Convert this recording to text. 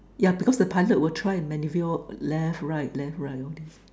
yeah because the pilot would try maneuver left right left right okay